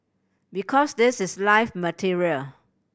because this is live material